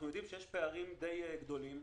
אנחנו יודעים שיש פערים מאוד גדולים,